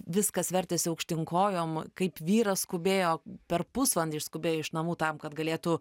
viskas vertėsi aukštyn kojom kaip vyras skubėjo per pusvalandį išskubėjo iš namų tam kad galėtų